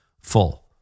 full